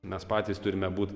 mes patys turime būt